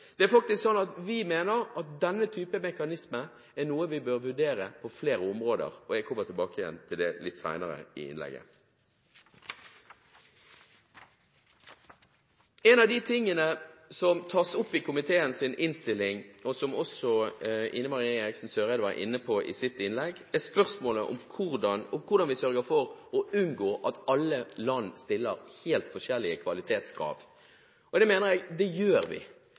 er i hvert fall en god begynnelse. Vi mener faktisk at denne type mekanisme er noe vi bør vurdere på flere områder, og jeg kommer tilbake til det litt senere i innlegget. En av de tingene som tas opp i komiteens innstilling, og som også Ine Marie Eriksen Søreide var inne på i sitt innlegg, er spørsmålet om hvordan vi sørger for å unngå at alle land stiller helt forskjellige kvalitetskrav. Det mener jeg vi gjør. Når vi